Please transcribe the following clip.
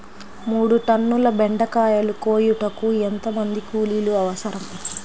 మూడు టన్నుల బెండకాయలు కోయుటకు ఎంత మంది కూలీలు అవసరం?